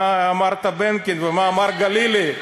מה אמר טבנקין ומה אמר גלילי.